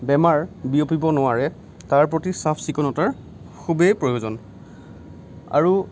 বেমাৰ বিয়পিব নোৱাৰে তাৰ প্ৰতি চাফ চিকুণতাৰ খুবেই প্ৰয়োজন আৰু